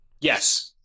Yes